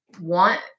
want